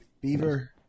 Beaver